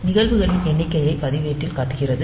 நிகழ்வுகளின் எண்ணிக்கையைப் பதிவேட்டில் காட்டுகிறது